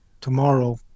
tomorrow